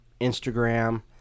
Instagram